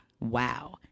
Wow